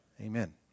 Amen